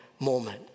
moment